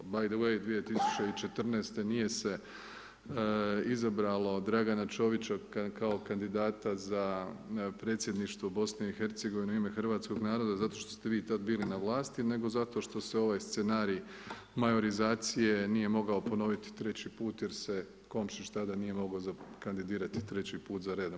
Btw 2014. nije se izabralo Dragana Čovića, kao kandidata za predsjedništvo BIH u ima hrvatskog naroda, zato što ste vi tada bili na vlasti, nego zato što se je ovaj scenarij, majorizacije, nije mogao ponoviti 3 puta jer se Komšić tada nije mogao kandidirati 3 puta za redom.